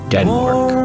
Denmark